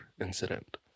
incident